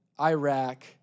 Iraq